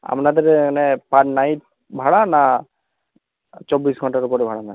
আপনাদের মানে per night ভাড়া না চব্বিশ ঘণ্টার ওপরে ভাড়া নেন